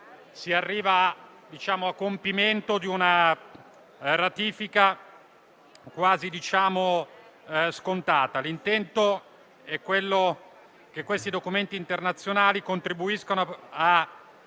quindi, a compimento una ratifica quasi scontata. L'intento è che questi documenti internazionali contribuiscano a